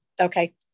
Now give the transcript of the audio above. okay